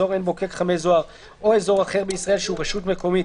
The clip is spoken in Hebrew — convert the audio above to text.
אזור עין בוקק-חמי זוהר או אזור אחר בישראל שהוא רשות מקומית,